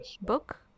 Book